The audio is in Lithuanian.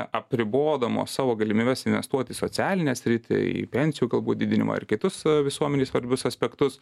apribodamos savo galimybes investuoti į socialinę sritį į pensijų galbūt didinimą ir kitus visuomenei svarbius aspektus